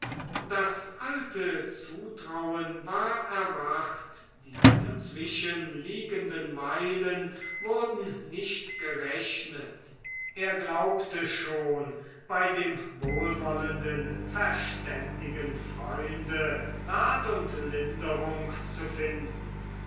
das alte zutrauen war erwacht die dazwischenliegenden meilen wurden nicht gerechnet er glaubte schon bei dem wohlwollenden verständigen freunde rat und linderung zu finden